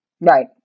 Right